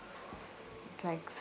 like